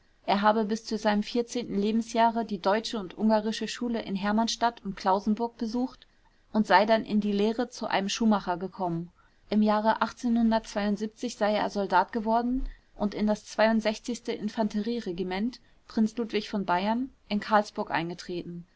er habe bis zu seinem lebensjahre die deutsche und ungarische schule in hermannstadt und klausenburg besucht und sei dann in die lehre zu einem schuhmacher gekommen im jahre sei er soldat geworden und in das infanterie regiment prinz ludwig von bayern in karlsburg eingetreten